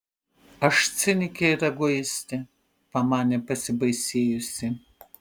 aš cinikė ir egoistė pamanė pasibaisėjusi